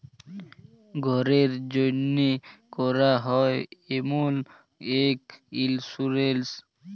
ঘ্যরের জ্যনহে ক্যরা হ্যয় এমল ইক ইলসুরেলস